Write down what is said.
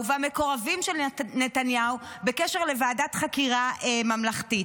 והמקורבים של נתניהו בקשר לוועדת חקירה ממלכתית.